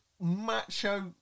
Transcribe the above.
macho